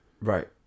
Right